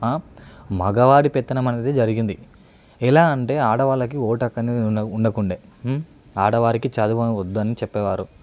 మగవాడి పెత్తనం అనేది జరిగింది ఎలా అంటే ఆడవాళ్ళకి ఓటు హక్కు అనేది ఉండకుండే ఆడవారికి చదువుని వద్దని చెప్పేవారు